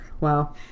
Wow